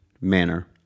manner